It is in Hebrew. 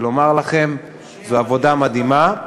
ולומר לכם: זו עבודה מדהימה,